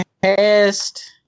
past